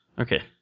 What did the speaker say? Okay